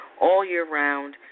all-year-round